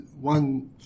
one